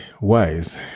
wise